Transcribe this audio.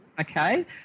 Okay